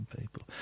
people